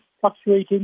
fluctuating